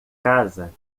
casa